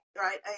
right